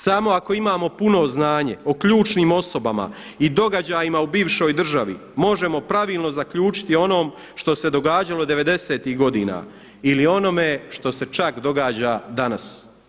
Samo ako imamo puno znanje o ključnim osobama i događajima o bivšoj državi možemo pravilno zaključiti o onom što se događalo '90.-tih godina ili onome što se čak događa danas.